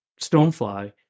stonefly